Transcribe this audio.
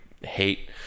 hate